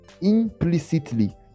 implicitly